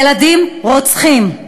ילדים רוצחים.